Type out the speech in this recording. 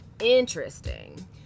Interesting